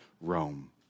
Rome